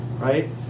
Right